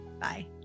Bye